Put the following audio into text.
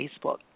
Facebook